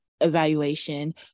evaluation